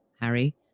Harry